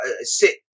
Sit